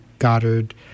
goddard